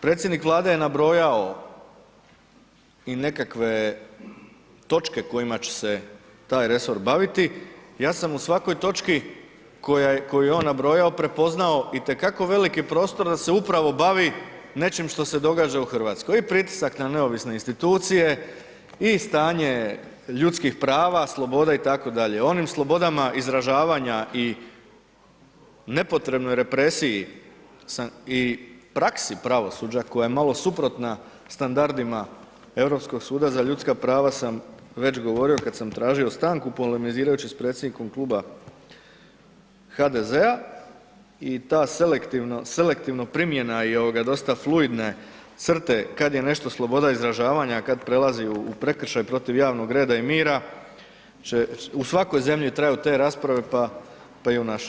Predsjednik Vlade je nabrojao i nekakve točke kojima će se taj resor baviti, ja sam u svakoj točki koju je on nabrojao prepoznao itekako veliki prostor da se upravo bavi nečim što se događa u RH i pritisak na neovisne institucije i stanje ljudskih prava, sloboda itd., onim slobodama izražavanja i nepotrebnoj represiji i praksi pravosuđa koja je malo suprotna standardima Europskog suda za ljudska prava sam već govorio kad sam tražio stanku polemizirajući s predsjednikom Kluba HDZ-a i ta selektivna primjena i ovoga dosta fluidne crte kad je nešto sloboda izražavanja, a kad prelazi u prekršaj protiv javnog reda i mira, u svakoj zemlji traju te rasprave, pa i u našoj.